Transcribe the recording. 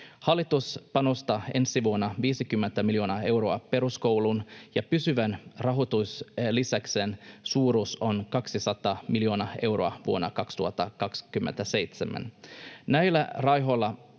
Hallitus panostaa ensi vuonna 50 miljoonaa euroa peruskouluun ja pysyvän rahoituslisäyksen suuruus on 200 miljoonaa euroa vuonna 2027.